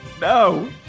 No